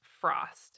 frost